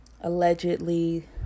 allegedly